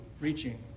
reaching